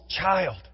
child